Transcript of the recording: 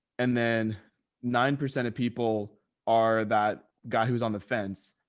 and then nine percent of people are that guy who was on the fence.